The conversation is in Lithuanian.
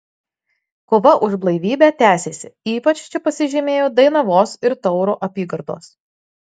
kova už blaivybę tęsėsi ypač čia pasižymėjo dainavos ir tauro apygardos